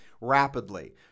rapidly